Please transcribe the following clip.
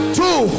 two